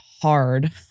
hard